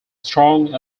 strong